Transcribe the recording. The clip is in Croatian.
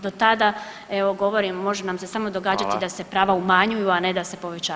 Do tada evo govorim može nam se samo događati da se prava umanjuju, a ne da se povećavaju.